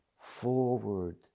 forward